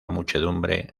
muchedumbre